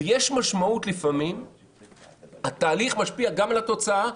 ולפעמים התהליך משפיע על התוצאה,